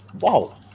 Wow